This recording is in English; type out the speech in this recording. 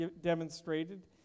demonstrated